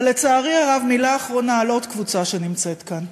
ולצערי הרב, מילה אחרונה על עוד קבוצה שנמצאת כאן,